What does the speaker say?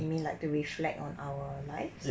you mean like to reflect on our life